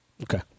Okay